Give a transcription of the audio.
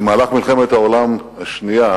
במהלך מלחמת העולם השנייה